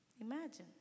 Imagine